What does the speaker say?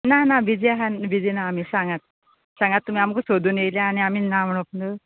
ना ना बिजी आसा म्हूण बिजी ना आमी सांगात सांगात तुमी आमकां सोदून येयल्या आनी आमी ना म्होणोप